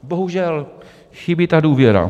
Bohužel chybí ta důvěra.